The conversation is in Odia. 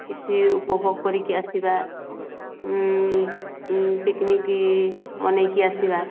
କିଛି ଉପଭୋଗ କରିକି ଆସିବା ପିକନିକ୍ ବନେଇକି ଆସିବା